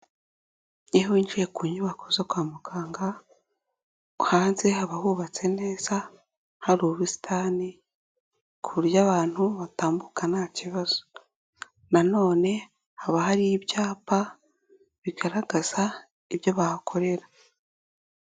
Iyo winjiye ku nyubako zo kwa muganga, hanze haba hubatse neza, hari ubusitani ku buryo abantu batambuka nta kibazo. Na none haba hari ibyapa bigaragaza ibyo bahakorera.